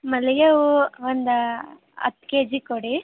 ಮಲ್ಲಿಗೆ ಹೂವು ಒಂದು ಹತ್ತು ಕೆ ಜಿ ಕೊಡಿ